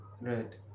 right